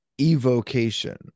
evocation